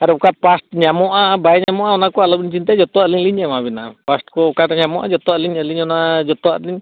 ᱟᱨ ᱚᱠᱟ ᱯᱟᱨᱴᱥ ᱧᱟᱢᱚᱜᱼᱟ ᱵᱟᱭ ᱧᱟᱢᱚᱜᱼᱟ ᱚᱱᱟ ᱠᱚ ᱟᱞᱚ ᱵᱤᱱ ᱪᱤᱱᱛᱟᱹᱭᱟ ᱡᱚᱛᱚ ᱟᱹᱞᱤᱧ ᱞᱤᱧ ᱮᱢᱟ ᱵᱤᱱᱟ ᱯᱟᱨᱥᱴ ᱠᱚ ᱚᱠᱟᱨᱮ ᱧᱟᱢᱚᱜᱼᱟ ᱡᱚᱛᱚᱣᱟᱜ ᱞᱤᱧ ᱟᱹᱞᱤᱧ ᱚᱱᱟ ᱡᱚᱛᱚᱣᱟᱞᱤᱧ